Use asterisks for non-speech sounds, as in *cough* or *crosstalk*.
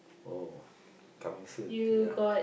oh *breath* coming soon ya